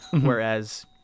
whereas